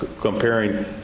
comparing